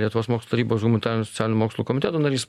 lietuvos mokslo tarybos humanitarinių ir socialinių mokslų komiteto narys